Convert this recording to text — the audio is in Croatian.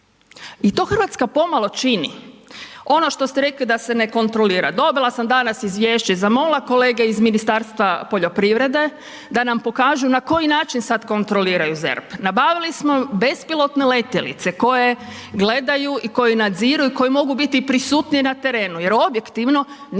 i to Hrvatska pomalo čini. Ono što ste rekli da se ne kontrolira. Dobila sam danas izvješće. Zamolila kolege iz Ministarstva poljoprivrede da nam pokažu na koji način sada kontroliraju ZERP. Nabavili smo bespilotne letjelice koje gledaju i koje nadziru i koje mogu biti prisutnije na terenu, jer objektivno nije